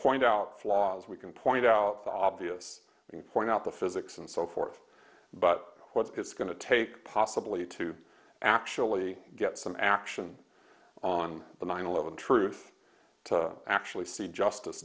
point out flaws we can point out the obvious and point out the physics and so forth but what it's going to take possibly to actually get some action on the nine eleven truth to actually see justice